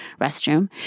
restroom